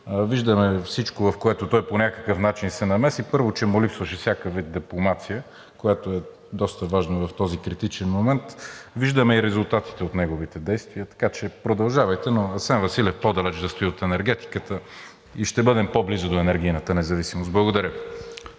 виждаме всичко, в което той по някакъв начин се намеси. Първо, му липсваше всякакъв вид дипломация, което е доста важно в този критичен момент. Виждаме и резултатите от неговите действия, така че продължавайте, но Асен Василев по-далече да стои от енергетиката и ще бъдем по-близо до енергийната независимост. Благодаря